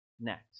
next